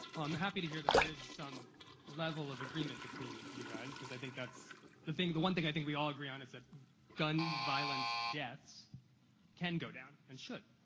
i'm happy to hear that there is some level of agreement between you guys cause i think that's the thing the one thing i think we all agree on is that gun-violence deaths can go down and should.